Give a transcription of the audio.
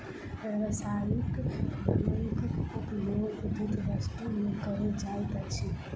व्यावसायिक भांगक उपयोग विभिन्न वस्तु में कयल जाइत अछि